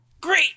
great